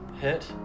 hit